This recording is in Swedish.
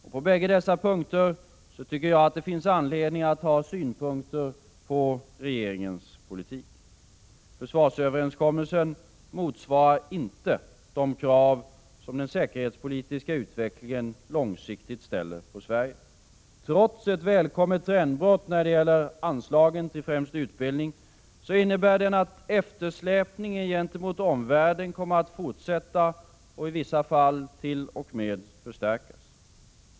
Och på bägge dessa punkter tycker jag att det finns anledning att ha synpunkter på regeringens politik. Försvarsöverenskommelsen motsvarar inte de krav som den säkerhetspolitiska utvecklingen långsiktigt ställer på Sverige. Trots ett välkommet trendbrott när det gäller anslaget till främst utbildning innebär den att eftersläpningen gentemot omvärlden kommer att fortsätta och i vissa fall t.o.m. förstärkas.